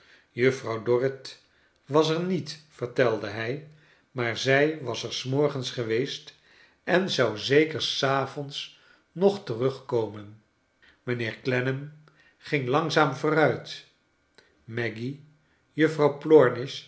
juffrouw dorrit was er niet vertelde hij maar zij was er s morgens geweest en zou zeker charles dickens s avonds nog terugkomen mijnheer clennam ging langzaam vooruit maggy juffrouw plornish